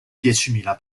diecimila